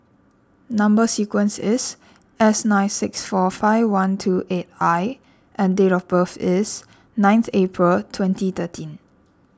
Number Sequence is S nine six four five one two eight I and date of birth is ninth April twenty thirteen